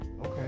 Okay